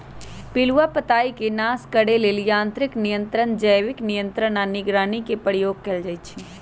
पिलुआ पताईके नाश करे लेल यांत्रिक नियंत्रण, जैविक नियंत्रण आऽ निगरानी के प्रयोग कएल जाइ छइ